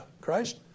Christ